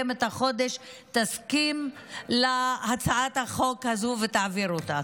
את החודש תסכים להצעת החוק הזו ותעביר אותה.